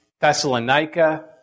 Thessalonica